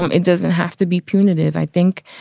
um it doesn't have to be punitive. i think,